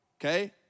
okay